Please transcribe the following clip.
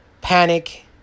panic